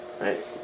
Right